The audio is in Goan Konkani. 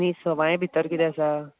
आनी सवाय भितर कितें आसा